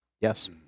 Yes